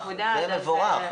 זה מבורך.